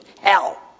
hell